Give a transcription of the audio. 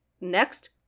next